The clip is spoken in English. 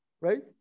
right